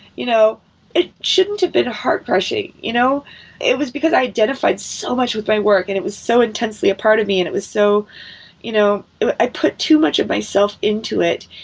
you know it shouldn't have been heart-crushing. you know it was because i identified so much with my work and it was so intensely a part of me and it was so you know i put too much of myself into it,